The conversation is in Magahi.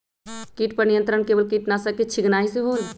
किट पर नियंत्रण केवल किटनाशक के छिंगहाई से होल?